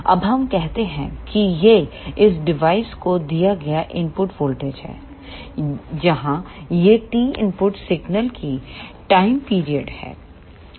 अब हम कहते हैं कि यह इस डिवाइस को दिया गया इनपुट वोल्टेज है जहां यह T इनपुट सिग्नल की टाइम पीरियड है